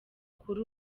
kuri